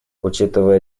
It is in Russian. учитывая